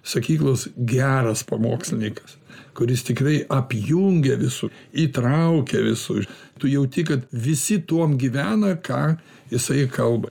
sakyklos geras pamokslininkas kuris tikrai apjungia visus įtraukia visus tu jauti kad visi tuom gyvena ką jisai kalba